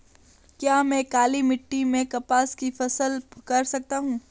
क्या मैं काली मिट्टी में कपास की फसल कर सकता हूँ?